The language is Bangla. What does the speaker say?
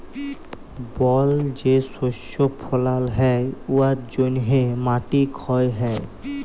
বল যে শস্য ফলাল হ্যয় উয়ার জ্যনহে মাটি ক্ষয় হ্যয়